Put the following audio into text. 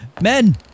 men